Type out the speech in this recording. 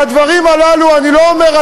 את הדברים הללו אני לא אומר,